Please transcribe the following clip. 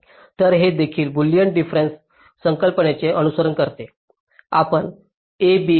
तर हे देखील बुलियन डिफरेन्स संकल्पनेचे अनुसरण करते आपल्याला a b